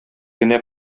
генә